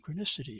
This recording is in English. synchronicity